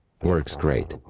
works great.